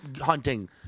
hunting